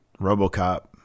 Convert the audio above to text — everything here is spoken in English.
Robocop